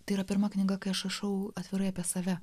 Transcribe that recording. tai yra pirma knyga kai aš rašau atvirai apie save